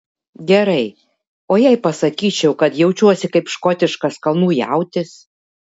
gerai o jei pasakyčiau kad jaučiuosi kaip škotiškas kalnų jautis